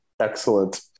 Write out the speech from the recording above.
excellent